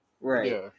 Right